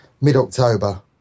mid-October